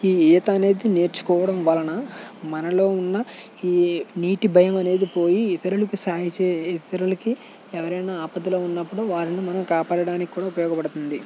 ఈ ఈత అనేది నేర్చుకోవడం వలన మనలో ఉన్న ఈ నీటి భయం అనేది పోయి ఇతరులకు సాయం చే ఇతరులకి ఎవరైనా ఆపదలో ఉన్నపుడు వారిని మనం కాపాడటానికి కూడా ఉపయోగపడుతుంది